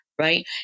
right